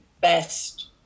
best